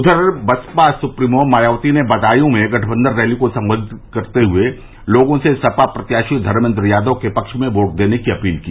उधर बसपा सुप्रीमो मायावती ने बदायूं में गठबंधन रैली को संबोधित करते हुए लोगों से सपा प्रत्याशी धर्मेन्द्र यादव के पक्ष में वोट देने की अपील की